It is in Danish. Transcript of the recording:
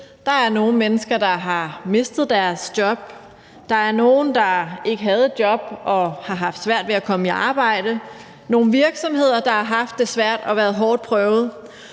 er der nogle mennesker, der har mistet deres job, der er nogle, der ikke havde et job og har haft svært ved at komme i arbejde, der er nogle virksomheder, der har haft det svært og har været hårdt prøvet,